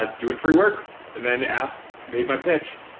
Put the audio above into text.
ah doing free work and then they asked, made my pitch.